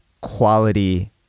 quality